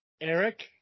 Eric